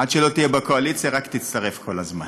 עד שלא תהיה בקואליציה, רק תצטרף כל הזמן.